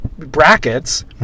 Brackets